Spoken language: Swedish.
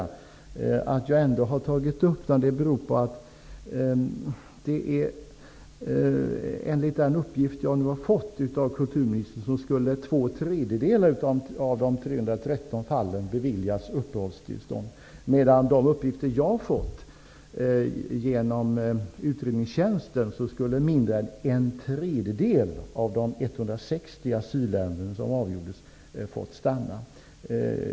Anledningen till att jag ändå har tagit upp det är att två tredjedelar av de 313 fallen skulle ha beviljats uppehållstillstånd enligt den uppgift jag nu har fått av kulturministern. De uppgifter jag har fått genom utredningstjänsten innebär att mindre än en tredjedel av de 160 asylsökande skulle fått stanna.